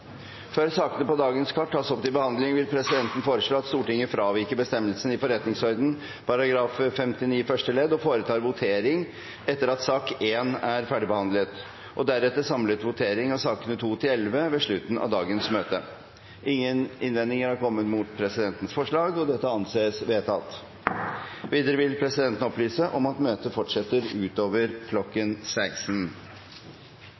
Før sakene på dagens kart tas opp til behandling, vil presidenten foreslå at Stortinget fraviker bestemmelsen i forretningsordenens § 59 første ledd og foretar votering etter at sak nr. 1 er ferdigbehandlet, og deretter samlet votering etter sakene nr. 2–11 ved slutten av dagens møte. – Ingen innvendinger er kommet mot presidentens forslag – og det anses vedtatt. Videre vil presidenten opplyse om møtet fortsetter utover